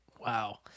wow